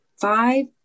five